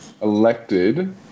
elected